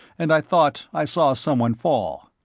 and i thought i saw someone fall.